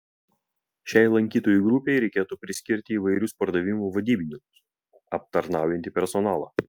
šiai lankytojų grupei reikėtų priskirti įvairius pardavimų vadybininkus aptarnaujantį personalą